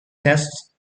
testes